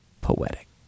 Poetic